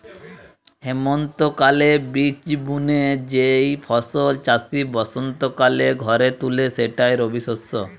হেমন্তকালে বীজ বুনে যেই ফসল চাষি বসন্তকালে ঘরে তুলে সেটাই রবিশস্য